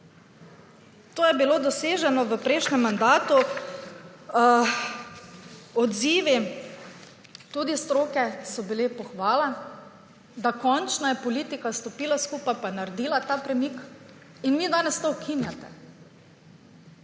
To je bilo doseženo v prejšnjem mandatu. Odzivi tudi stroke so bili pohvala, da končno je politika stopila skupaj, pa naredila ta premik. In vi danes to ukinjate.